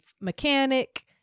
mechanic